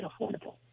affordable